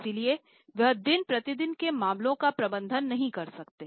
इसलिए वे दिन प्रतिदिन के मामलों का प्रबंधन नहीं कर सकते